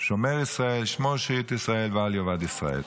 "שומר ישראל, שמור שארית ישראל ואל יאבד ישראל".